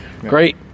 great